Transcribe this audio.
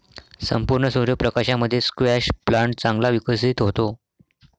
संपूर्ण सूर्य प्रकाशामध्ये स्क्वॅश प्लांट चांगला विकसित होतो